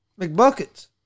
McBuckets